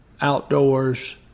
outdoors